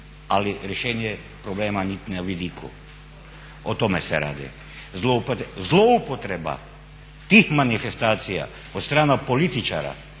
ali rješenje problema niti na vidiku. O tome se radi. Zloupotreba tih manifestacija od strane političara